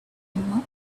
him